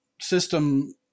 system